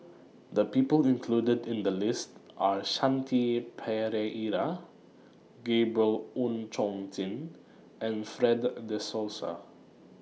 The People included in The list Are Shanti Pereira Gabriel Oon Chong Jin and Fred De Souza